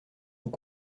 vous